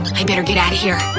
i'd better get outta here!